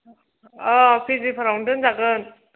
अ पिजिफोरावनो दोनजागोन